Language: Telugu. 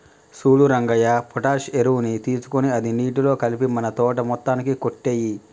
సూడు రంగయ్య పొటాష్ ఎరువుని తీసుకొని అది నీటిలో కలిపి మన తోట మొత్తానికి కొట్టేయి